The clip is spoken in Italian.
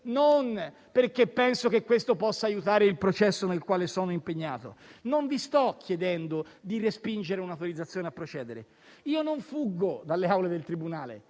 non perché penso che questo possa aiutare il processo nel quale sono impegnato. Non vi sto chiedendo di respingere un'autorizzazione a procedere. Io non fuggo dalle aule del tribunale;